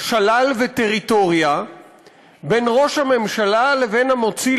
שלל וטריטוריה בין ראש הממשלה לבין המוציא